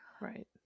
right